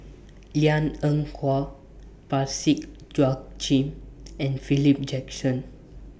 Liang Eng Hwa Parsick and Philip Jackson